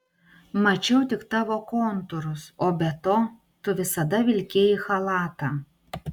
mačiau tik tavo kontūrus o be to tu visada vilkėjai chalatą